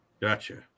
Gotcha